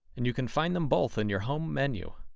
and you can find them both in your home menu.